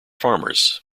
farmers